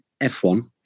f1